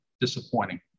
disappointing